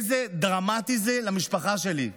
איזה דרמטי זה למשפחה שלי.